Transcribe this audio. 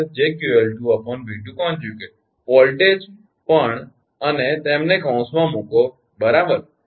તેથી 𝑖2 𝑃𝐿2 − 𝑗𝑄𝐿2 𝑉2∗ વોલ્ટેજ પણ અને તેમને કૌંસમાં મૂકો બરાબર